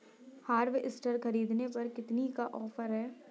Harvester ख़रीदने पर कितनी का ऑफर है?